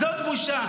זאת בושה.